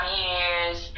years